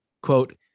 quote